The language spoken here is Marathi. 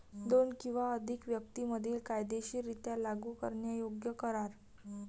दोन किंवा अधिक व्यक्तीं मधील कायदेशीररित्या लागू करण्यायोग्य करार